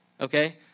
Okay